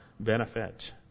Benefit